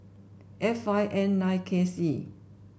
F five N nine K C